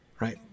Right